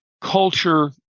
culture